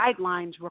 guidelines